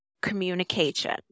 communication